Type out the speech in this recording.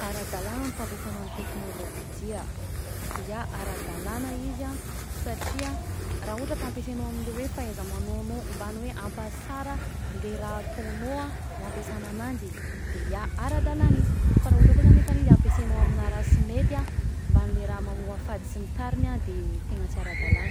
Ara-dalagna ny fampiasa ny teknolojia, ya ara-dalana izy a satria raha ohatra ka ampiasainao am'le hoe fahaiza-manaonao mba ny hoe hampasara le raha ataonao a no ampiasana ananjy de ya, ara-dalana izy fa raha ohatra kosa nefany izy ampiasainao aminà raha sy mety mbanle raha mamoafady sy ny tariny a de tegna sy ara-dalagna.